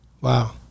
Wow